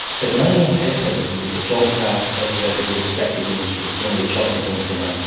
tasmania has had a view that jobs are associated with extractive industries, generally chopping things down,